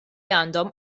għandhom